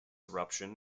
eruption